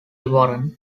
warren